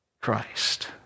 Christ